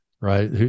right